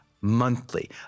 monthly